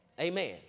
Amen